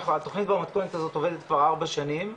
התוכנית במתכונת הזאת עובדת כבר 4 שנים,